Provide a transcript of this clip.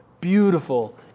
beautiful